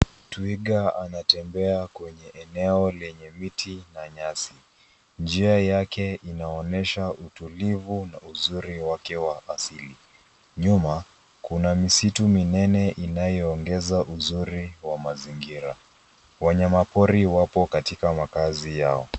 Twiga anatembea kwenye eneo lenye miti na nyasi. Njia yake inaonyesha utulivu na uzuri wake wa asili. Nyuma kuna misitu minene inayoongeza uzuri wa mazingira. Wanyamapori wapo katika makazi yao.